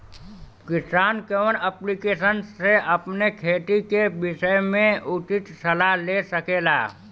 किसान कवन ऐप्लिकेशन से अपने खेती के विषय मे उचित सलाह ले सकेला?